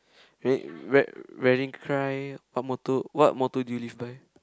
red read what motto what motto do you live by